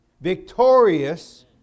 victorious